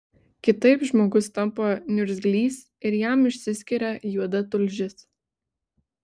kitaip žmogus tampa niurgzlys ir jam išsiskiria juoda tulžis